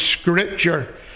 Scripture